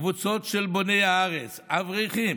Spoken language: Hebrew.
קבוצות של בוני הארץ, אברכים,